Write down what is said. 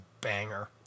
banger